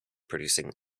producing